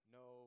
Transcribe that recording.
no